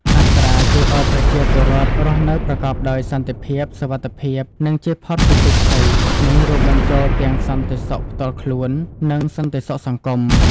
អប្សរាជួយឲ្យប្រជាពលរដ្ឋរស់នៅប្រកបដោយសន្តិភាព សុវត្ថិភាព និងចៀសផុតពីទុក្ខភ័យ។ នេះរួមបញ្ចូលទាំងសន្តិសុខផ្ទាល់ខ្លួន និងសន្តិសុខសង្គម។